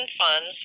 funds